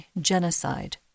genocide